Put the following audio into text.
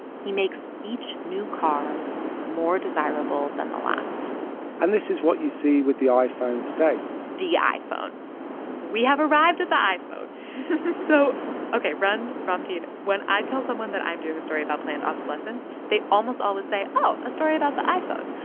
he makes each new car more desirable than the last and this is what you see with the iphone today the iphone we have arrived at the iphone so ok. rund, ramtin, when i tell someone that i'm doing a story about planned obsolescence, they almost always say, oh, a story about the iphone.